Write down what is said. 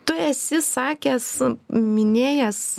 tu esi sakęs minėjęs